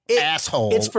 asshole